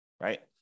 right